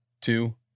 two